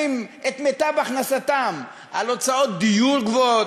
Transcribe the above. את מיטב הכנסתם על הוצאות דיור גבוהות,